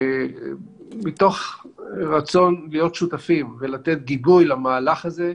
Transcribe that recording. מתוך רצון להיות שותפים ולתת גיבוי למהלך הזה,